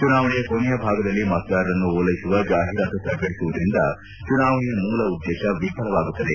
ಚುನಾವಣೆಯ ಕೊನೆಯ ಭಾಗದಲ್ಲಿ ಮತದಾರರನ್ನು ಓಲೈಸುವ ಜಾಹಿರಾತು ಪ್ರಕಟಿಸುವುದರಿಂದ ಚುನಾವಣೆಯ ಮೂಲ ಉದ್ದೇಶ ವಿಫಲವಾಗುತ್ತದೆ